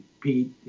Pete